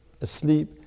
asleep